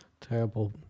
Terrible